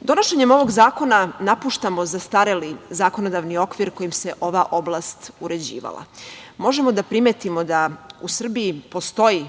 Donošenjem ovog zakona napuštamo zastareli zakonodavni okvir kojim se ova oblast uređivala. Možemo da primetimo da u Srbiji postoji